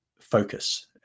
focus